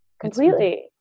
completely